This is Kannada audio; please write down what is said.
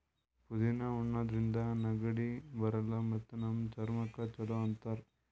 ಪುದಿನಾ ಉಣಾದ್ರಿನ್ದ ನೆಗಡಿ ಬರಲ್ಲ್ ಮತ್ತ್ ನಮ್ ಚರ್ಮಕ್ಕ್ ಛಲೋ ಅಂತಾರ್